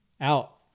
out